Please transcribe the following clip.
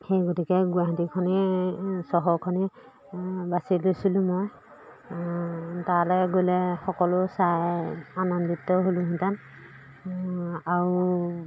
সেই গতিকে গুৱাহাটীখনেই চহৰখনেই বাচি লৈছিলোঁ মই তালৈ গ'লে সকলো চাই আনন্দিত হ'লোহেঁতেন আৰু